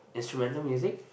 instrumental music